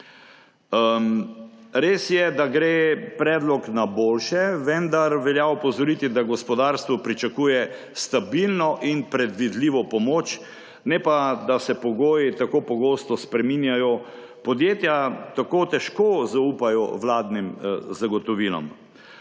Res je, da gre predlog na boljše, vendar velja opozoriti, da gospodarstvo pričakuje stabilno in predvidljivo pomoč, ne pa da se pogoji tako pogosto spreminjajo. Podjetja tako težko zaupajo vladnim zagotovilom.